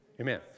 Amen